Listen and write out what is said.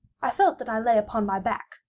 i felt that i lay upon my back,